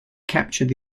captured